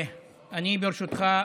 ברשותך,